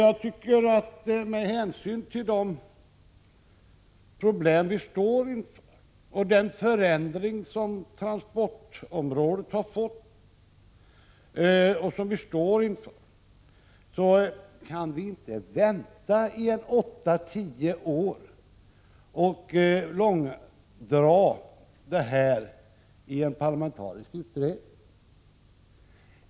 Jag tycker att med hänsyn till de problem vi står inför och med hänsyn till den förändring som sker på transportområdet kan vi inte vänta i åtta eller tio år och långdra frågan i en parlamentarisk utredning.